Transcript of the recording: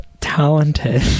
talented